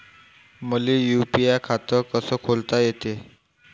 मले यू.पी.आय खातं कस खोलता येते?